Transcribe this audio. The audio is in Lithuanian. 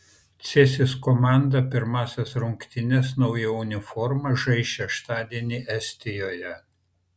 cėsis komanda pirmąsias rungtynes nauja uniforma žais šeštadienį estijoje